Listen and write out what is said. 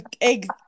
egg